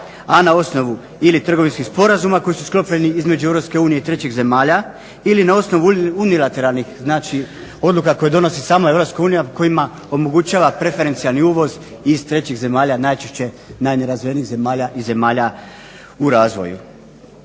A na osnovu ili trgovinskih sporazuma koji su sklopljeni između EU i trećih zemalja ili na osnovu unilateralnih, znači odluka koju donosi sama Europska unija kojima omogućava preferencijalni uvoz iz trećih zemalja najčešće najnerazvijenijih zemalja i zemalja u razvoju.